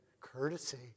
courtesy